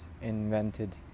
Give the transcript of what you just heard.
invented